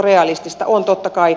on totta kai